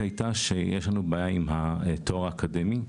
היתה שיש לנו בעיה עם התואר האקדמי.